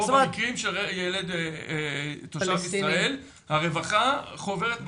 במקרים של ילד תושב ישראל, הרווחה חוברת בתחנה,